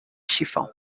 chiffon